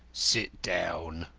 sit down,